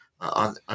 on